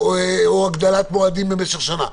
או הגדלת מועדים במשך השנה,